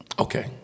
Okay